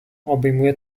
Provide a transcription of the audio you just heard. obejmuję